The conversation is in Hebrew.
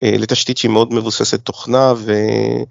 ‫לתשתית שהיא מאוד מבוססת תוכנה. ו..